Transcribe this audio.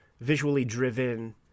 visually-driven